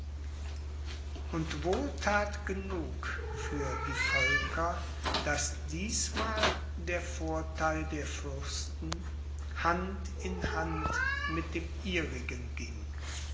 und wohlthat genug für die völker daß diesmal der vortheil der fürsten hand in hand mit dem ihrigen ging